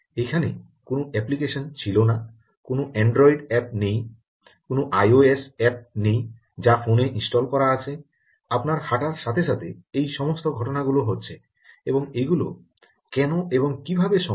এখানে কোনও অ্যাপ্লিকেশন ছিল না কোনও অ্যান্ড্রয়েড অ্যাপ নেই কোনও আইওএস অ্যাপ নেই যা ফোনে ইনস্টল করা আছে আপনার হাঁটার সাথে সাথে এই সমস্ত ঘটনা গুলো হচ্ছে এবং এগুলি কেন এবং কীভাবে সম্ভব